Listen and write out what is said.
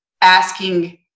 asking